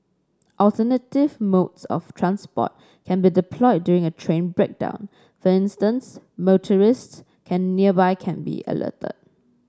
alternative modes of transport can be deployed during a train breakdown for instance motorists can nearby can be alerted